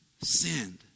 sinned